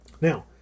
Now